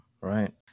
right